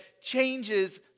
changes